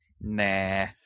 Nah